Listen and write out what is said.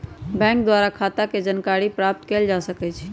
bank द्वारा खता के जानकारी प्राप्त कएल जा सकइ छइ